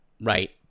Right